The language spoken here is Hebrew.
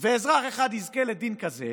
ואזרח אחד יזכה לדין כזה